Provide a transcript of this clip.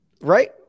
right